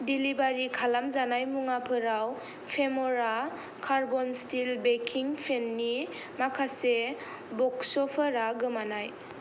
delivery खालामजानाय मुवाफोराव फेमरा कार्बन स्टिल बेकिं पेननि माखासे बक्सफोरा गोमानाय